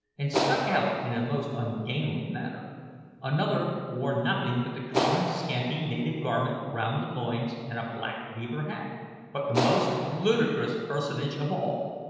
and stuck out in a most ungainly manner another wore nothing but the common, scanty, native garment round the loins and a black beaver hat but the most ludicrous personage of all,